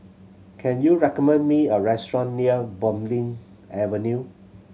can you recommend me a restaurant near Bulim Avenue